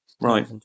Right